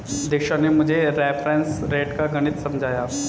दीक्षा ने मुझे reference rate का गणित समझाया